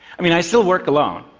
i mean, i still work alone.